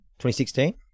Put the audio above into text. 2016